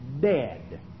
dead